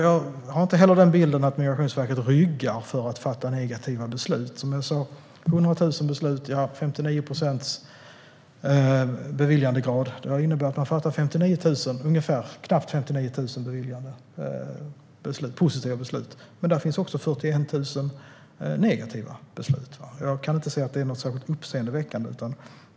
Jag har inte heller bilden att Migrationsverket ryggar för att fatta negativa beslut. Som jag sa var det 100 000 beslut och 59 procents beviljandegrad. Det innebär att man har fattat knappt 59 000 positiva beslut. Men det finns också 41 000 negativa beslut. Jag kan inte se att det är särskilt uppseendeväckande.